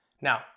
Now